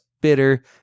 bitter